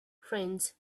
friends